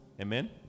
Amen